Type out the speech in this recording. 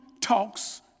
talks